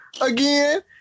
again